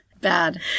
Bad